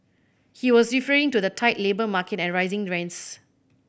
he was referring to the tight labour market and rising rents